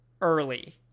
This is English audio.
early